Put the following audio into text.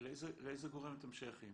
לאיזה גורם אתם שייכים?